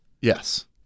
Yes